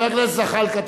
חבר הכנסת זחאלקה,